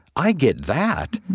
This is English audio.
i get that.